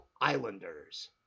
Islanders